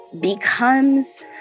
becomes